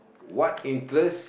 what interest